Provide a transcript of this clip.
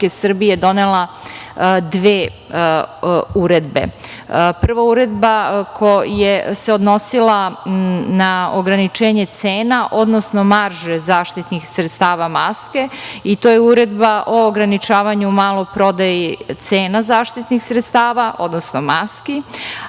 Srbije donela dve uredbe. Prva uredba se odnosila na ograničenje cena, odnosno marže zaštitnih sredstava maske i to je uredba o ograničavanju maloprodaji cena zaštitnih sredstava, odnosno maski. Druga